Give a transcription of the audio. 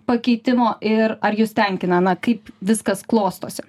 pakeitimo ir ar jus tenkina na kaip viskas klostosi